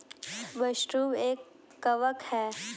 mushroom एक कवक है